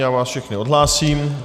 Já vás všechny odhlásím.